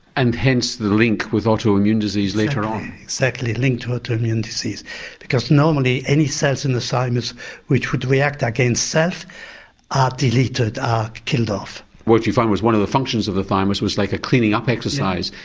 and hence the link with autoimmune disease later on? exactly, linked with autoimmune disease because normally any cells in the thymus which would react against self are deleted, are killed off. what you found was one of the functions of the thymus was like a cleaning up exercise,